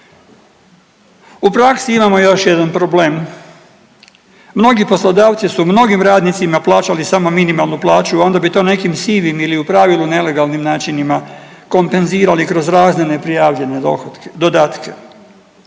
U praksi imamo još jedan problem, mnogi poslodavci su mnogim radnicima plaćali samo minimalnu plaću, a onda bi to nekim sivim ili u pravilu nelegalnim načinima kompenzirali kroz razne neprijavljene dohotke,